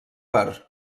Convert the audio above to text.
per